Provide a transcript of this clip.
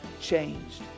changed